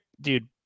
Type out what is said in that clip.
dude